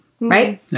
Right